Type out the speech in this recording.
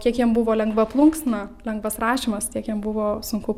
kiek jam buvo lengva plunksna lengvas rašymas tiek jam buvo sunku